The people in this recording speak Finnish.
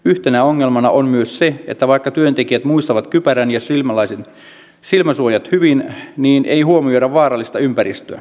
yhtenä ongelmana on myös se että vaikka työntekijät muistavat kypärän ja silmäsuojat hyvin niin ei huomioida vaarallista ympäristöä